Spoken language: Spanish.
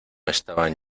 estaban